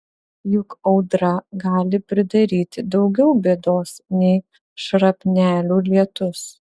juk audra gali pridaryti daugiau bėdos nei šrapnelių lietus